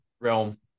realm